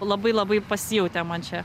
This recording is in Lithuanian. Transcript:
labai labai pasijautė man čia